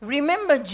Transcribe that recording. Remember